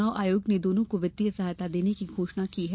चुनाव आयोग ने दोनों को वित्तीय सहायता देने की घोषणा की है